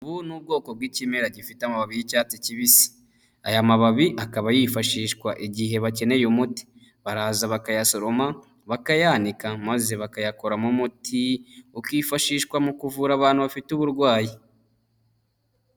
Ubu ni bwoko bw'ikimera gifite amababi y'icyatsi kibisi. Aya mababi akaba yifashishwa igihe bakeneye umuti. Baraza bakayasoroma, bakayanika, maze bakayakoramo umuti, ukifashishwa mu kuvura abantu bafite uburwayi.